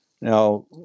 now